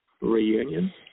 reunion